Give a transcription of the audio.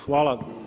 Hvala.